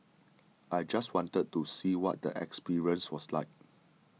I just wanted to see what the experience was like